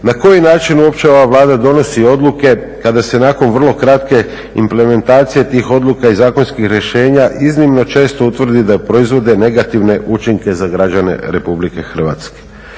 na koji način uopće ova Vlada donosi odluke kada se nakon vrlo kratke implementacije tih odluka i zakonskih rješenja iznimno često utvrdi da proizvode negativne učinke za građane RH? Nadalje,